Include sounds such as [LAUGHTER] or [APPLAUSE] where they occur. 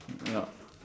[NOISE] yup [NOISE]